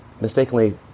mistakenly